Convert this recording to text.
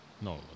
No